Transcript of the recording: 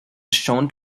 shown